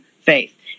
faith